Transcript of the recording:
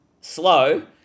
slow